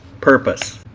purpose